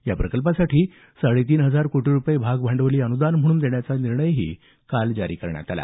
या प्रकल्पासाठी साडेतीन हजार कोटी रुपये भागभांडवली अन्दान म्हणून देण्याचा शासन निर्णयही काल जारी करण्यात आला